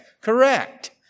Correct